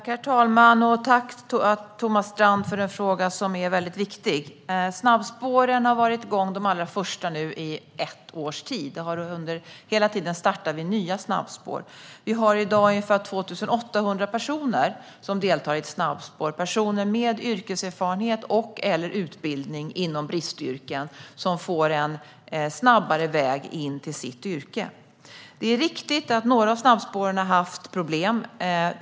Herr talman! Jag tackar Thomas Strand för att han tar upp en fråga som är väldigt viktig. De allra första snabbspåren har nu varit igång under ett års tid, och vi startar hela tiden nya snabbspår. Vi har i dag ungefär 2 800 personer som deltar i snabbspår - personer med yrkeserfarenhet och/eller utbildning inom bristyrken, som får en snabbare väg in till sitt yrke. Det är riktigt att några av snabbspåren har haft problem.